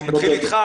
אני מתחיל איתך